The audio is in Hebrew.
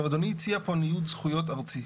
אדוני הציע פה ניוד זכויות ארצי,